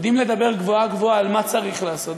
יודעים לדבר גבוהה-גבוהה על מה צריך לעשות,